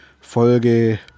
Folge